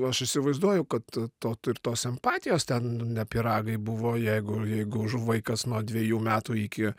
aš įsivaizduoju kad to ir tos empatijos ten ne pyragai buvo jeigu jeigu vaikas nuo dvejų metų iki